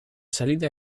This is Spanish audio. salida